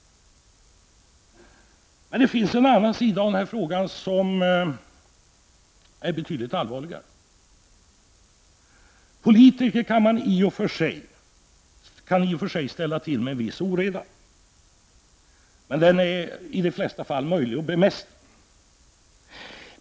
Men det finns en annan sida av den här frågan som är betydligt allvarligare. Politiker kan i och för sig ställa till med en viss oreda, men den är i de flesta fall möjlig att bemästra.